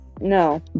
No